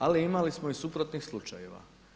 Ali imali ste i suprotnih slučajeva.